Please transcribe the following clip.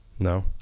No